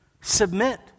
submit